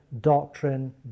doctrine